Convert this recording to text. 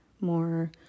more